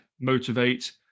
motivate